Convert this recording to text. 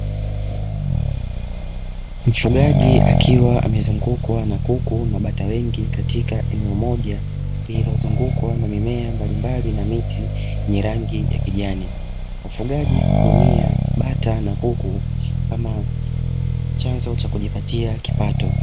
Mfugaji akiwa amezungukwa na kuku na bata wengi katika eneo moja lililozungukwa na mimea mbalimbali na miti yenye rangi ya kijani. Mfugaji hutumia bata na kuku kama chanzo cha kujipatia kipato.